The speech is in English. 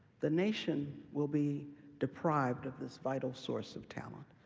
the nation will be deprived of this vital source of talent,